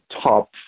top